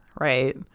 right